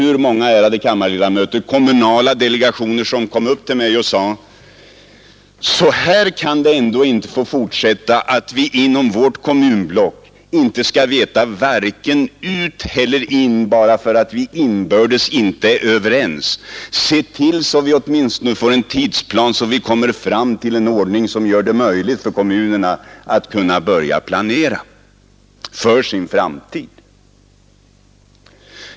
Om ni visste, ärade kammarledamöter, hur många kommunala delegationer som kom upp till mig och sade: Så här kan det ändå inte få fortsätta; inom vårt kommunblock vet vi varken ut eller in därför att vi inte är överens inbördes. Se till så att vi åtminstone får en tidsplan som gör det möjligt för oss ute i kommunerna att börja planera för framtiden!